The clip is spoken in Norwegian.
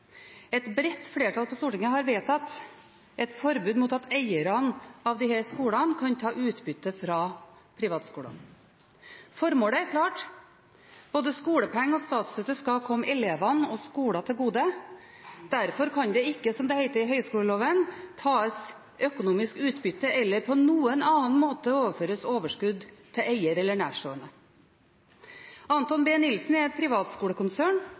Et bredt flertall på Stortinget har vedtatt et forbud mot at eierne av disse skolene kan ta utbytte fra privatskoler. Formålet er klart: Både skolepenger og statsstøtte skal komme elevene og skoler til gode. Derfor kan en ikke, som det heter i universitets- og høyskoleloven, ta «økonomisk utbytte eller på annen måte overføre overskudd til eier eller dens nærstående». Anthon B Nilsen er et privatskolekonsern